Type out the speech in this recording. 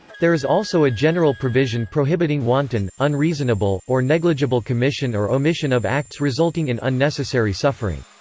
there is also a general provision prohibiting wanton, unreasonable, or negligible commission or omission of acts resulting in unnecessary suffering.